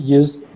use